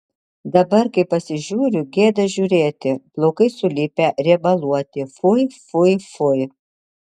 dabar kai pasižiūriu gėda žiūrėti plaukai sulipę riebaluoti fui fui fui